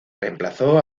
reemplazó